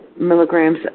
milligrams